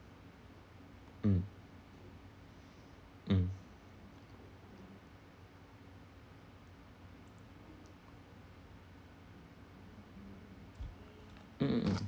mm mm mm mm mm